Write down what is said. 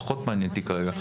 פחות מעניין אותי כרגע,